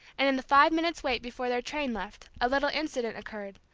and in the five minutes' wait before their train left, a little incident occurred,